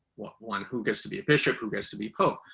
one one who gets to be a bishop who gets to be a pope.